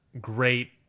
great